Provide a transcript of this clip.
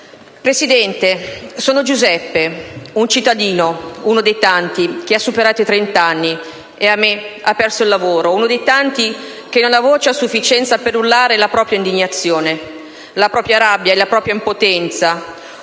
Presidente, sono Giuseppe, un cittadino, uno dei tanti che ha superato i trent'anni e - ahimè - ha perso il lavoro. Uno dei tanti che non ha voce a sufficienza per urlare la propria indignazione, la propria rabbia, la propria impotenza.